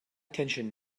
tension